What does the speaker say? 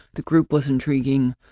the group was intriguing.